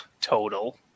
total